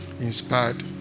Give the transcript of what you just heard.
inspired